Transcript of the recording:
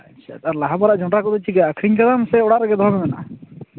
ᱟᱪᱪᱷᱟ ᱛᱟᱨ ᱞᱟᱦᱟ ᱵᱟᱨᱟᱜ ᱡᱚᱱᱰᱨᱟ ᱠᱚᱫᱚ ᱪᱤᱠᱟᱹ ᱟᱠᱷᱨᱤᱧ ᱠᱟᱫᱟᱢ ᱥᱮ ᱚᱲᱟᱜ ᱨᱮᱜᱮ ᱫᱚᱦᱚ ᱜᱮ ᱢᱮᱱᱟᱜᱼᱟ